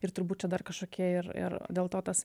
ir turbūt dar kažkokie ir ir dėl to tas